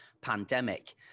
pandemic